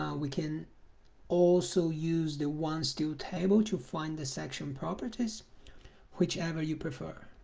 we can also use the one steel table to find the section properties whichever you prefer